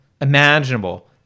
imaginable